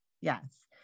Yes